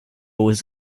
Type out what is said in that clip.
was